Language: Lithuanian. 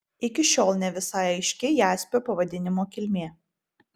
iki šiol ne visai aiški jaspio pavadinimo kilmė